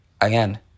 Again